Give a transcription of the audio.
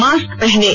mask पहनें